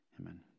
Amen